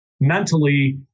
mentally